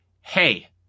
hey